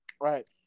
Right